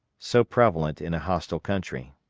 so prevalent in a hostile country.